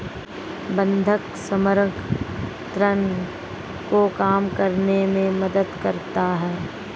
बंधक समग्र ऋण को कम करने में मदद करता है